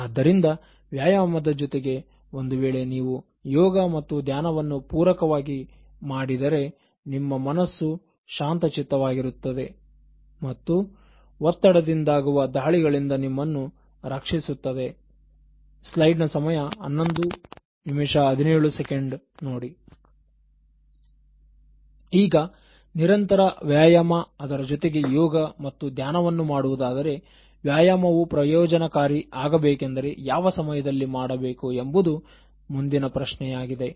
ಆದ್ದರಿಂದ ವ್ಯಾಯಾಮದ ಜೊತೆಗೆ ಒಂದು ವೇಳೆ ನೀವು ಯೋಗ ಮತ್ತು ಧ್ಯಾನವನ್ನು ಪೂರಕವಾಗಿ ಮಾಡಿದರೆ ನಿಮ್ಮ ಮನಸ್ಸು ಶಾಂತಚಿತ್ತ ವಾಗಿರುತ್ತದೆ ಮತ್ತು ಒತ್ತಡದಿಂದಾಗುವ ದಾಳಿಗಳಿಂದ ನಿಮ್ಮನ್ನು ರಕ್ಷಿಸುತ್ತದೆ ಈಗ ನಿರಂತರ ವ್ಯಾಯಾಮ ಅದರ ಜೊತೆಗೆ ಯೋಗ ಮತ್ತು ಧ್ಯಾನವನ್ನು ಮಾಡುವುದಾದರೆ ವ್ಯಾಯಾಮವು ಪ್ರಯೋಜನಕಾರಿ ಆಗಬೇಕೆಂದರೆ ಯಾವ ಸಮಯದಲ್ಲಿ ಮಾಡಬೇಕು ಎಂಬುದು ಮುಂದಿನ ಪ್ರಶ್ನೆಯಾಗಿದೆ